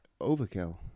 overkill